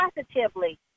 positively